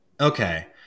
Okay